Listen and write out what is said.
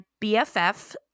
bff